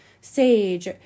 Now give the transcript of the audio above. sage